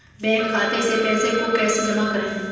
Bank खाते से पैसे को कैसे जमा करें?